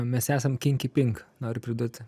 mes esam kinki pink noriu pridurti